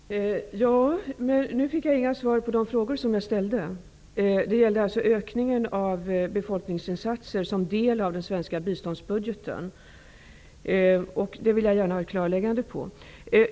Fru talman! Nu fick jag inte svar på de frågor som jag ställde. Det gäller alltså ökningen av befolkningsinsatser som del av den svenska biståndsbudgeten. Där vill jag gärna ha ett klarläggande.